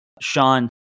Sean